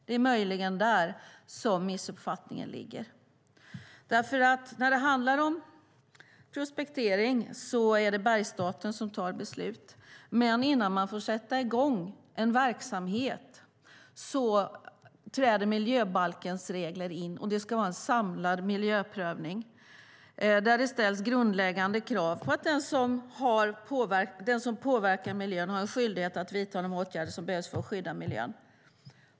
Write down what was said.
Det är möjligen där som missuppfattningen ligger. När det handlar om prospektering är det Bergsstaten som tar beslut. Men innan man får sätta i gång en verksamhet träder miljöbalkens regler in, och det ska vara en samlad miljöprövning där det ställs grundläggande krav på att den som påverkar miljön har en skyldighet att vidta de åtgärder som behövs för att skydda miljön.